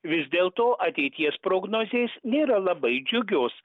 vis dėlto ateities prognozės nėra labai džiugios